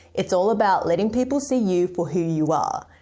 it's all about letting people see you for who you are.